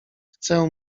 chcę